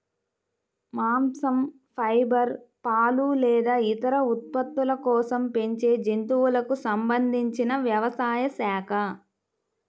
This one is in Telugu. మాంసం, ఫైబర్, పాలు లేదా ఇతర ఉత్పత్తుల కోసం పెంచే జంతువులకు సంబంధించిన వ్యవసాయ శాఖ